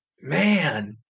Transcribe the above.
Man